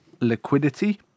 liquidity